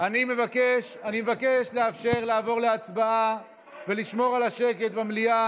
אני מבקש לאפשר לעבור להצבעה ולשמור על השקט במליאה.